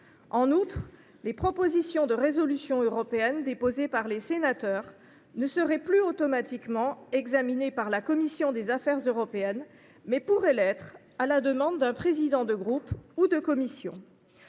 En outre, les propositions de résolutions européennes déposées par les sénateurs ne seraient plus automatiquement examinées par la commission des affaires européennes, mais pourraient l’être à la demande d’un président de groupe ou de commission.